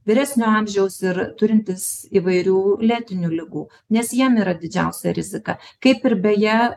vyresnio amžiaus ir turintys įvairių lėtinių ligų nes jiem yra didžiausia rizika kaip ir beje